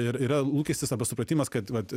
ir yra lūkestis arba supratimas kad